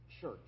church